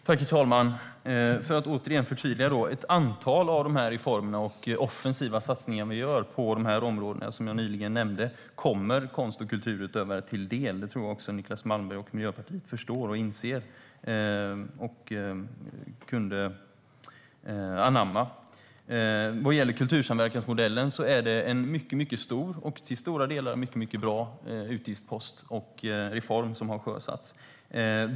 Herr talman! Låt mig förtydliga: Ett antal av de reformer och offensiva satsningar som vi gör på de områden som jag nämnde kommer konst och kulturutövare till del. Det tror jag att Niclas Malmberg och Miljöpartiet förstår och också borde kunna anamma. Vad gäller kultursamverkansmodellen är det en mycket stor och till stora delar mycket bra utgiftspost och reform som har sjösatts.